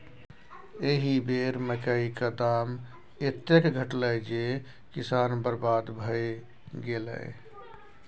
एहि बेर मकई क दाम एतेक घटलै जे किसान बरबाद भए गेलै